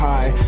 High